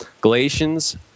Galatians